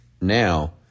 now